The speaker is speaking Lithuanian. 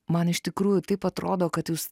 man iš tikrųjų taip atrodo kad jūs